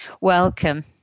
Welcome